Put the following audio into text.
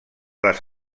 les